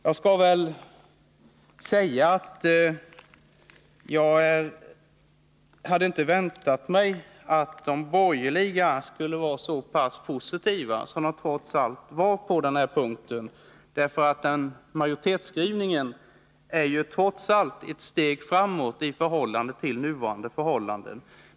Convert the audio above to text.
Jag hade inte väntat mig att de borgerliga skulle vara så pass positiva som de trots allt var på den här punkten. Majoritetsskrivningen är ju ändå ett steg framåt i jämförelse med nuvarande förhållanden.